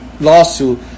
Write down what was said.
Lawsuit